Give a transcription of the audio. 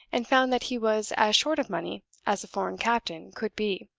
and found that he was as short of money as a foreign captain could be.